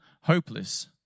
hopeless